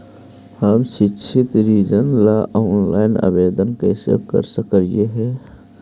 हम शैक्षिक ऋण ला ऑनलाइन आवेदन कैसे कर सकली हे?